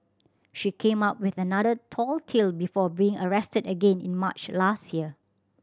she came up with another tall tale before being arrested again in March last year